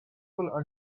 pool